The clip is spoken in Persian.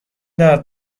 درد